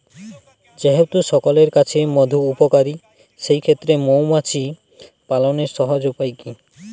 যেহেতু সকলের কাছেই মধু উপকারী সেই ক্ষেত্রে মৌমাছি পালনের সহজ উপায় কি?